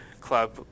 club